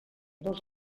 dos